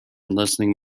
listening